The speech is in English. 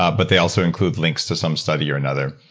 ah but they also include links to some study or another.